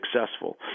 successful